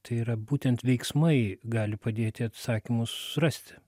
tai yra būtent veiksmai gali padėti atsakymus rasti